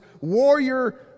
Warrior